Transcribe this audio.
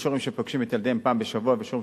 יש הורים שפוגשים את ילדיהם פעם בשבוע ויש הורים